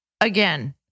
again